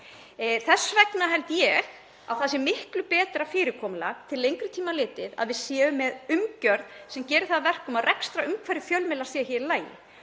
Þess vegna held ég að það sé miklu betra fyrirkomulag til lengri tíma litið að við séum með umgjörð sem gerir það að verkum að rekstrarumhverfi fjölmiðla sé hér í lagi